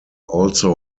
also